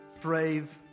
brave